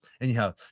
Anyhow